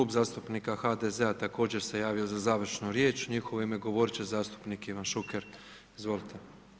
Klub zastupnika HDZ-a također se javio za završnu riječ, u njihovo ime govorit će zastupnik Ivan Šuker, izvolite.